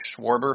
Schwarber